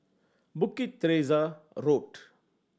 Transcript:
Bukit Teresa Road